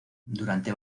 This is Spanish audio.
durante